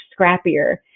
scrappier